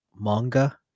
manga